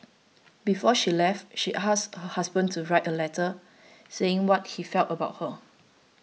before she left she asked her husband to write a letter saying what he felt about her